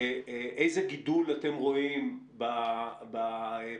איזה גידול אתם רואים בפגיעה,